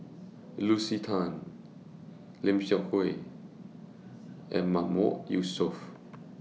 Lucy Tan Lim Seok Hui and Mahmood Yusof